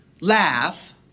laugh